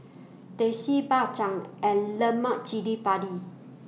Teh C Bak Chang and Lemak Cili Padi